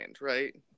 right